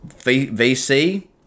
vc